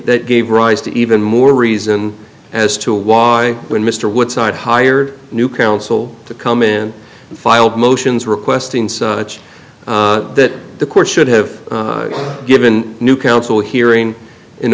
that gave rise to even more reason as to why when mr woodside hired new counsel to come in and filed motions requesting such that the court should have given new counsel hearing in